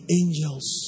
angels